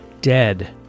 dead